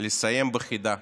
לסיים בחידה.